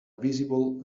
visible